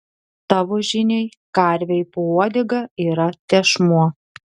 tavo žiniai karvei po uodega yra tešmuo